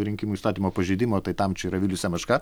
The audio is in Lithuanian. rinkimų įstatymo pažeidimo tai tam čia yra vilius semeška